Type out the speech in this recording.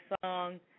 song